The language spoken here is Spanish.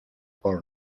por